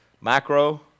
macro